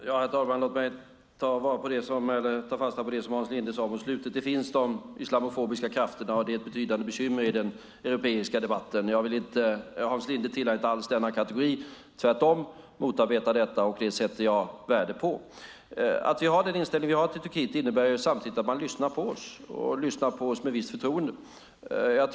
Herr talman! Låt mig ta fasta på det Hans Linde sade på slutet: Det finns dessa islamofobiska krafter, och det är ett betydande bekymmer i den europeiska debatten. Hans Linde tillhör inte alls denna kategori utan motarbetar tvärtom detta, och det sätter jag värde på. Att vi har den inställning vi har till Turkiet innebär samtidigt att de lyssnar på oss och gör det med visst förtroende.